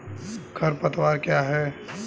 खरपतवार क्या है?